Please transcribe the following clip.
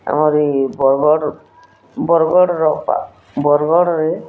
ଆମର୍ ଇ ବର୍ଗଡ଼୍ ବର୍ଗଡ଼୍ର ବର୍ଗଡ଼୍ରେ